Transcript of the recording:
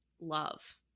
love